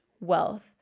wealth